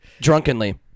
drunkenly